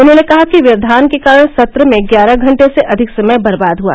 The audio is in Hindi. उन्होंने कहा कि व्यवधान के कारण सत्र में ग्यारह घंटे से अधिक समय बर्बाद हुआ